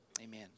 Amen